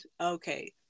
okay